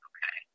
Okay